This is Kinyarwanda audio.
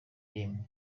yemwe